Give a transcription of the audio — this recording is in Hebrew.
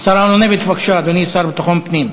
השר אהרונוביץ, בבקשה, אדוני השר לביטחון הפנים.